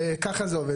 ככה זה עובד.